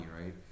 right